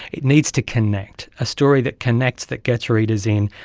it needs to connect, a story that connects, that gets readers in,